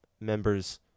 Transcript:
members